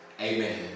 Amen